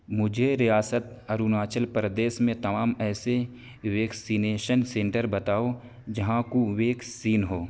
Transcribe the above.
مجھے ریاست اروناچل پردیش میں تمام ایسے ویکسینیشن سنٹر بتاؤ جہاں کوویکسین ہو